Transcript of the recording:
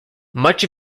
much